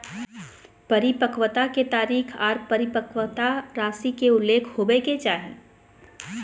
परिपक्वता के तारीख आर परिपक्वता राशि के उल्लेख होबय के चाही